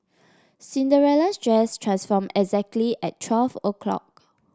Cinderella's dress transformed exactly at twelve o'clock